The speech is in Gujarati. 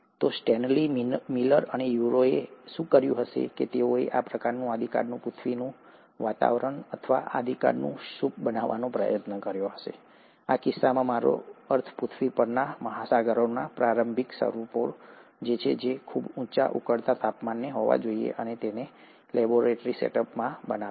તો સ્ટેનલી મિલર અને યુરેએ શું કર્યું કે તેઓએ આ પ્રકારનું આદિકાળનું પૃથ્વીનું વાતાવરણ અથવા આદિકાળનું સૂપ બનાવવાનો પ્રયાસ કર્યો આ કિસ્સામાં મારો અર્થ પૃથ્વી પરના મહાસાગરોના પ્રારંભિક સ્વરૂપો છે જે ખૂબ ઊંચા ઉકળતા તાપમાને હોવા જોઈએ અને તેને લેબોરેટરી સેટઅપમાં બનાવ્યું